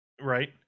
right